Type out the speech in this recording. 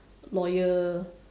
loyal